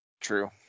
True